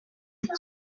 nshya